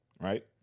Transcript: right